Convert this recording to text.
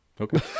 okay